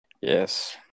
yes